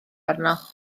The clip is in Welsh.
arno